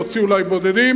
להוציא אולי בודדים,